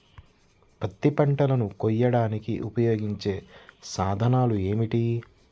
పత్తి పంటలను కోయడానికి ఉపయోగించే సాధనాలు ఏమిటీ?